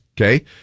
Okay